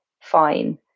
fine